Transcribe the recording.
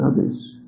others